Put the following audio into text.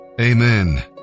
Amen